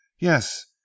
Yes